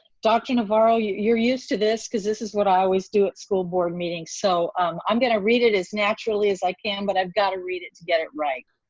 dr. navarro, you're used to this because this is what i always do at school board meetings. so i'm gonna read it as naturally as i can but i've gotta read it to get it right.